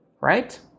right